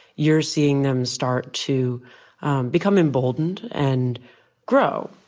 you're seeing them start to become emboldened and grow.